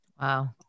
Wow